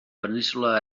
península